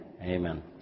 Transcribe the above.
Amen